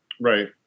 right